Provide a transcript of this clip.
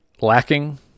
lacking